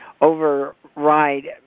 override